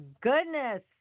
goodness